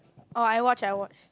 oh I watch I watch